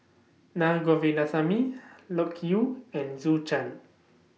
Naa Govindasamy Loke Yew and Zhou Can